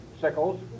sickles